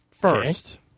First